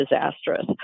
disastrous